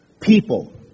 People